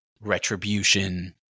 retribution